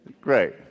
Great